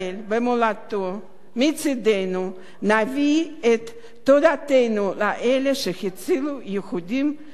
מצדנו נביע את תודתנו לאלה שהצילו יהודים מהתופת הנאצי.